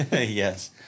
Yes